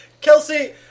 Kelsey